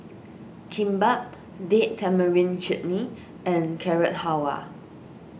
Kimbap Date Tamarind Chutney and Carrot Halwa